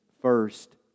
first